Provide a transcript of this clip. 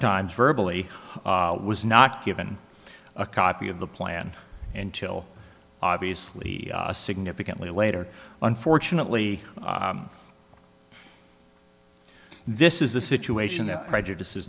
times verbal e was not given a copy of the plan until obviously significantly later unfortunately this is a situation that prejudices